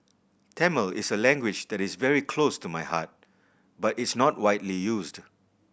Tamil is a language that is very close to my heart but it's not widely used